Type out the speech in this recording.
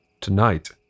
Tonight